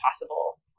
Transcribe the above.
possible